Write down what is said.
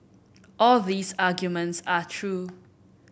all these arguments are true